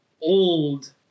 old